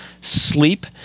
sleep